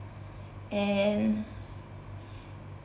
and